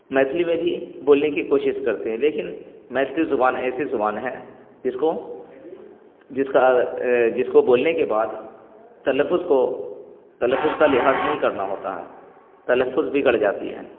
میتھلی میں بھی بولنے کی کوشش کرتے ہیں لیکن میتھلی زبان ایسی زبان ہے جس کو جس کا جس کو بولنے کے بعد تلفظ کو تلفظ کا لحاظ نہیں کرنا ہوتا ہے تلفظ بگڑ جاتی ہے